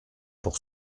pour